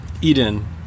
Eden